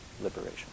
liberation